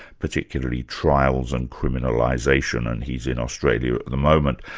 particularly trials and criminalisation, and he's in australia at the moment.